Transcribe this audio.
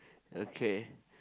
okay